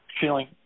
feeling